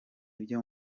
ibyo